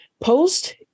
Post